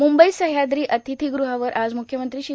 मुंबईत सह्याद्री अतिथीगृहावर आज मुख्यमंत्री श्री